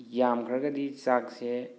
ꯌꯥꯝꯈ꯭ꯔꯒꯗꯤ ꯆꯥꯛꯁꯦ